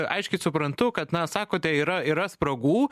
aiškiai suprantu kad na sakote yra yra spragų